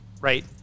right